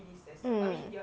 mm